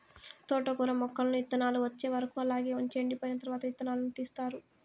తోటకూర మొక్కలను ఇత్తానాలు వచ్చే వరకు అలాగే వుంచి ఎండిపోయిన తరవాత ఇత్తనాలను తీస్తారు